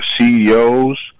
CEOs